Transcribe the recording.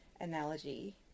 analogy